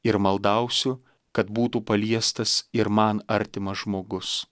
ir maldausiu kad būtų paliestas ir man artimas žmogus